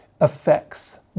affects